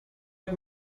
hat